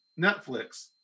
Netflix